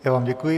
Já vám děkuji.